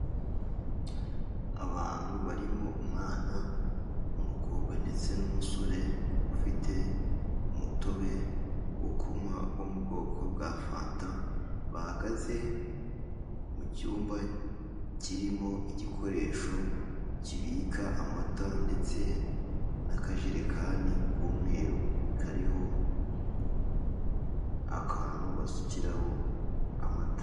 Abantu barimo umwana, umukobwa, ndetse n'umusore, ufite umutobe wo kunywa wo mu bwoko bwa fanta bahagaze mucyumba kirimo igikoresho kibika amata ndetse n'akajerekani k'umweru kariho akantu basukiraho amata.